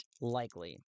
likely